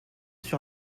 sur